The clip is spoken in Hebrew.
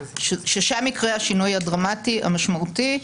ששם יקרה השינוי הדרמטי המשמעותי.